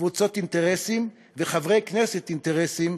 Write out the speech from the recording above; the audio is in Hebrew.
קבוצות אינטרסים ולחברי כנסת אינטרסנטים,